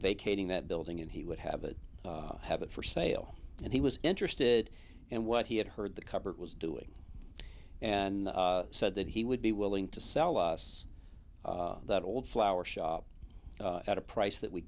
vacating that building and he would have a have it for sale and he was interested in what he had heard the cupboard was doing and said that he would be willing to sell us that old flower shop at a price that we